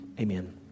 Amen